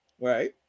Right